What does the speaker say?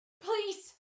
Please